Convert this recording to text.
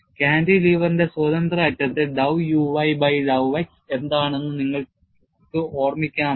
കാന്റിലിവറിന്റെ സ്വതന്ത്ര അറ്റത്ത് dow uy by dow x എന്താണെന്ന് നിങ്ങൾക്ക് ഓർമിക്കാമോ